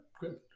good